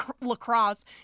lacrosse